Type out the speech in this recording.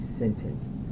sentenced